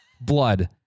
blood